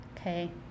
Okay